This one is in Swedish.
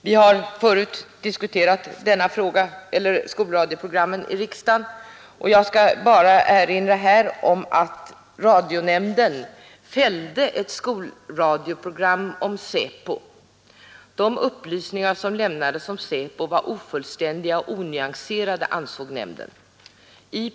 Vi har förut diskuterat skolradioprogrammen i riksdagen, och jag skall bara erinra om att radionämnden fällde ett skolradioprogram om SÄPO. De upplysningar som lämnades om SÄPO var ofullständiga och onyanserade, ansåg nämnden. BI.